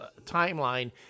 timeline